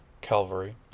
Calvary